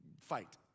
fight